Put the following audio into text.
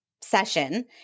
session